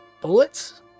Bullets